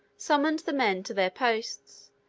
summoned the men to their posts,